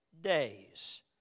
days